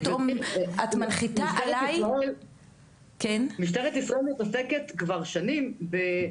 פתאום את מנחיתה עליי --- משטרת ישראל מתעסקת כבר שנים בזה.